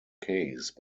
case